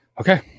Okay